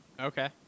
Okay